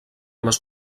les